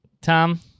Tom